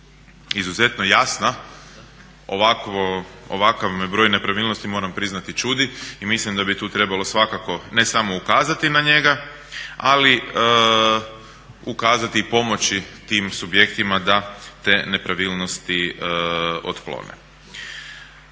izuzetno jasna ovakav me broj nepravilnosti moram priznati čudi i mislim da bi tu trebalo svakako ne samo ukazati na njega ali ukazati i pomoći tim subjektima da ste nepravilnosti otklone.